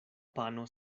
pano